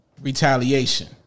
Retaliation